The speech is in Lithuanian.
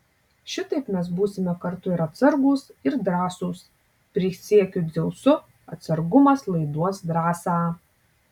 šitaip mes būsime kartu ir atsargūs ir drąsūs prisiekiu dzeusu atsargumas laiduos drąsą